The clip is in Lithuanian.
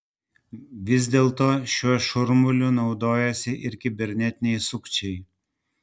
vis dėlto šiuo šurmuliu naudojasi ir kibernetiniai sukčiai